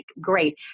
Great